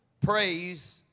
praise